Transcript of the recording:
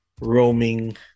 roaming